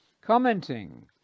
commenting